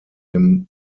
dem